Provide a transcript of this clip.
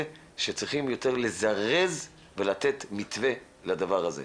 שצריך יותר לזרז ולתת מתווה לדבר הזה.